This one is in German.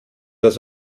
das